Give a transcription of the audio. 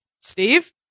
steve